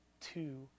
two